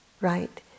right